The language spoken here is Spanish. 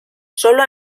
sólo